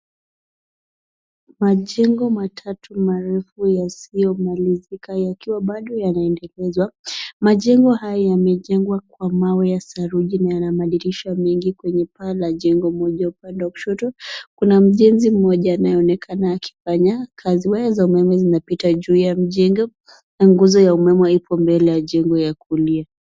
Majengo matatu marefu yasiyomalizika yakiwa bado yanaendelezwa, majengo haya yamejengwa kwa mawe ya saruji na yana madirisha mengi kwenye paa la jengo moja upande wa kushoto, kuna mjenzi mmoja anayeonekana akifanya kazi, waya za umeme zimepita juu ya mjengo na nguzo ya umeme iko mbele ya jengo ya kulia.